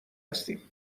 هستیم